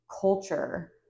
culture